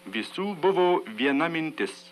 visų buvo viena mintis